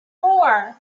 four